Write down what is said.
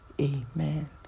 Amen